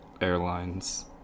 Airlines